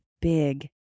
big